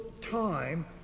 time